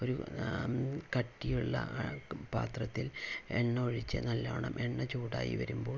ഒരു കട്ടിയുള്ള പാത്രത്തിൽ എണ്ണ ഒഴിച്ച് നല്ലവണ്ണം എണ്ണ ചൂടായി വരുമ്പോൾ